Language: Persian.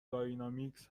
داینامیکس